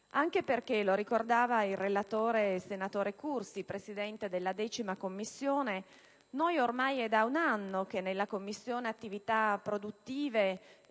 anche perché, lo ricordava il relatore Cursi, presidente della 10a Commissione, è ormai da un anno che in Commissione attività produttive